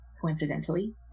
coincidentally